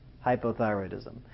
hypothyroidism